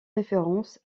référence